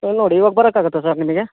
ನೋಡಿ ಇವಾಗ ಬರಕಾಗುತ್ತಾ ಸರ್ ನಿಮಗೆ